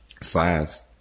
science